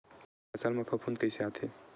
फसल मा फफूंद कइसे आथे?